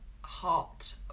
heart